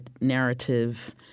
narrative